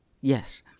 Yes